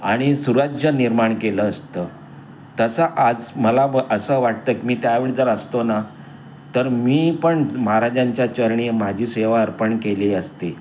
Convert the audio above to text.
आणि सुराज्य निर्माण केलं असतं तसं आज मला ब असं वाटतं की मी त्यावेळी जर असतो ना तर मी पण महाराजांच्या चरणी माझी सेवा अर्पण केली असती